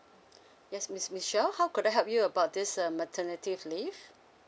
yes miss Michelle how could help you about this uh maternity leave